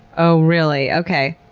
oh really? okay.